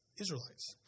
Israelites